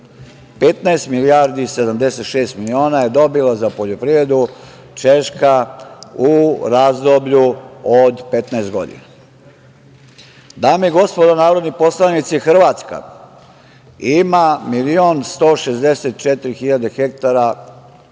milijardi i 76 miliona je dobila za poljoprivredu Češka u razdoblju od 15 godina. Dame i gospodo narodni poslanici, Hrvatska ima milion 164 hiljade